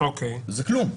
זה כלום.